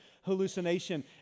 hallucination